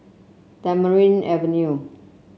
Tamarind Avenue